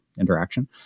interaction